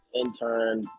intern